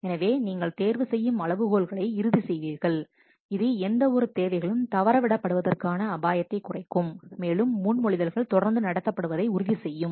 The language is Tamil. எனவே நீங்கள் தேர்வு செய்யும் அளவுகோல்களை இறுதி செய்வீர்கள் இது எந்தவொரு தேவைகளும் தவறவிடப்படுவதற்கான அபாயத்தை குறைக்கும் மேலும் முன்மொழிதல்கள் தொடர்ந்து நடத்தப்படுவதை இது உறுதி செய்யும்